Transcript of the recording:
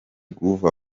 groove